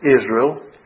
Israel